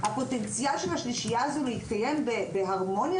הפוטנציאל של השלישייה הזו להתקיים בהרמוניה